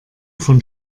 von